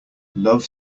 love